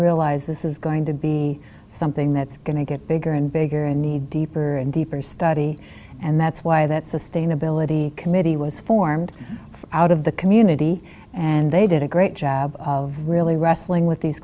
realize this is going to be something that's going to get bigger and bigger and need deeper and deeper study and that's why that sustainability committee was formed out of the community and they did a great job of really wrestling with these